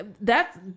thats